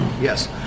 yes